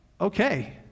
okay